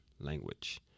language